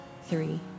Three